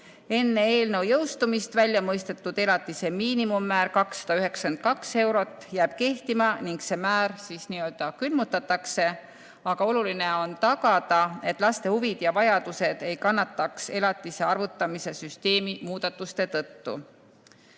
Enne eelnõu jõustumist väljamõistetud elatise miinimummäär 292 eurot jääb kehtima ning see määr siis n-ö külmutatakse. Aga oluline on tagada, et laste huvid ja vajadused ei kannataks elatise arvutamise süsteemi muudatuste tõttu.